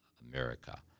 America